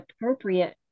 appropriate